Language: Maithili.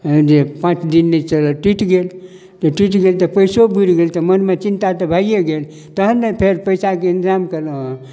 जे पाँच दिन नहि चलल टुटि गेल तऽ टुटि गेल तऽ पैसो बुरी गेल तऽ मनमे चिन्ता तऽ भए गेल तहन ने फेर पैसाके इन्तजाम कयलहुँ हँ